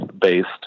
based